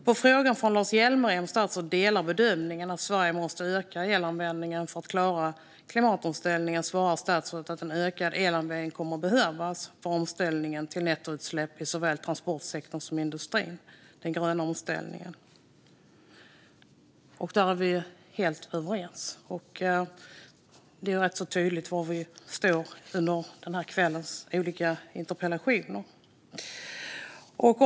På frågan från Lars Hjälmered om statsrådet delar bedömningen att Sverige måste öka elanvändningen för att klara klimatomställningen svarar statsrådet att en ökad elanvändning kommer att behövas för omställningen till nettonollutsläpp i såväl transportsektorn som industrin, den gröna omställningen. Där är vi helt överens. Det har också blivit rätt tydligt var vi står under den här kvällens olika interpellationsdebatter.